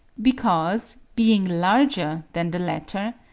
because, being larger than the latter,